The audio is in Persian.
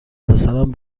پسرم